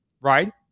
right